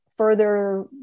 further